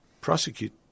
prosecute